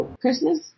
Christmas